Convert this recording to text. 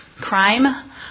crime